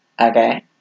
okay